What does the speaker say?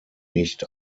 nicht